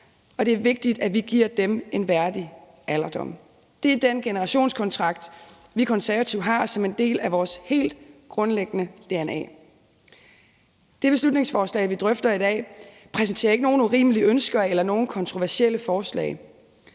og det er vigtigt, at vi giver dem en værdig alderdom. Det er den generationskontrakt, vi Konservative har som en del af vores helt grundlæggende dna. Det beslutningsforslag, vi drøfter i dag, præsenterer ikke nogen urimelige ønsker eller nogen kontroversielle forslag.